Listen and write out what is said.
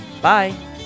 Bye